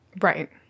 Right